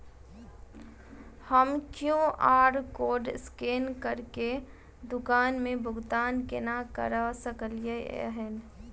हम QR code scan करके दुकान मे भुगतान केना करऽ सकलिये एहन?